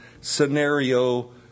scenario